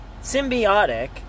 symbiotic